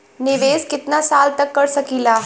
निवेश कितना साल तक कर सकीला?